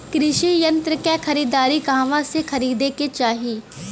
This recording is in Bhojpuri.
कृषि यंत्र क खरीदारी कहवा से खरीदे के चाही?